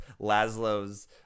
Laszlo's